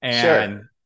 sure